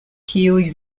kiuj